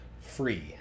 free